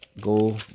go